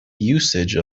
usage